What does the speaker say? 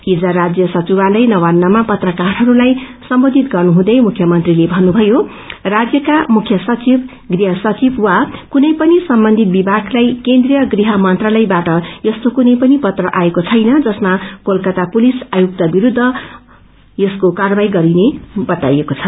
हिज राष्य सचिवालय नवान्नमा पत्रकारहरूलाई सम्बोधित गर्नुहुँदै मुख्यमन्त्रीले भन्नुभयो राज्यका मुख्य सचिव गृह सचिव वा कुनै पनि सम्बषित विमागलाई केन्द्रिय गृह मंत्रालय बाट यस्तो कुनै पनि पत्र आएको छैन जसमा कोलकाता पुलिस आयुक्त विरूद्ध अनुशासनत्मक कारवाई गरिने बताइएको छ